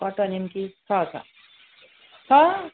कटुवा निम्की छ छ छ